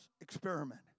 experiment